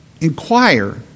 inquire